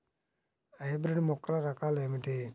Hybrid మొక్కల రకాలు ఏమిటి?